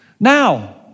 Now